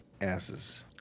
asses